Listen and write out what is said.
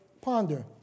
ponder